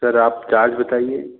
sir आप charge बताइए